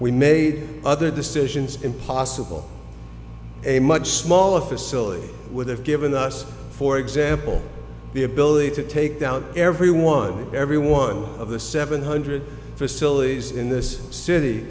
we made other decisions impossible a much smaller facility would have given us for example the ability to take down everyone every one of the seven hundred for still is in this city